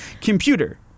Computer